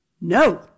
no